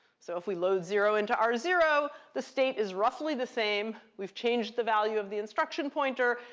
so if we load zero into r zero the state is roughly the same. we've changed the value of the instruction pointer.